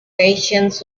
patients